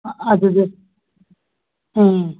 ꯑꯗꯨꯗ ꯎꯝ